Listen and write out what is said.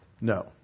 No